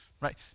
right